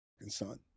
son